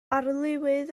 arlywydd